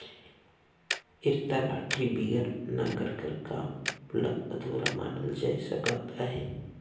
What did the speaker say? इरता लाठी बिगर नांगर कर काम ल अधुरा मानल जाए सकत अहे